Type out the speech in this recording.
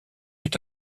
est